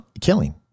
killing